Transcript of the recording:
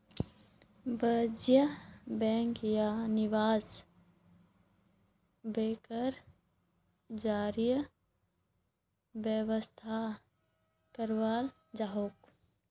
वाणिज्य बैंक या निवेश बैंकेर जरीए व्यवस्थित कराल जाछेक